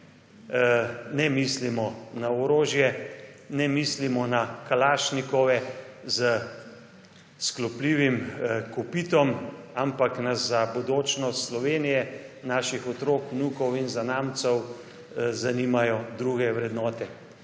ne mislimo na orožje, ne mislimo na kalašnike s sklopljivim kopitom, ampak nas za bodočnost Slovenije, naših otrok, vnukov in zanamcev zanimajo druge vrednote.